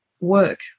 work